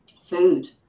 food